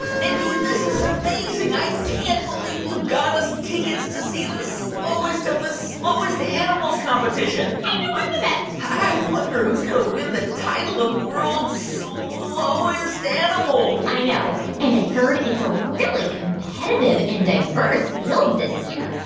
mindy, this is amazing. i can't believe you got us tickets to see the slowest of the slowest animals competition i know. i'm the best i wonder who's going to win the title of world's slowest animal i know. and i heard it's a really competitive and diverse field this year.